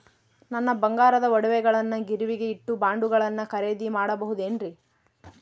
ನನ್ನ ಬಂಗಾರದ ಒಡವೆಗಳನ್ನ ಗಿರಿವಿಗೆ ಇಟ್ಟು ಬಾಂಡುಗಳನ್ನ ಖರೇದಿ ಮಾಡಬಹುದೇನ್ರಿ?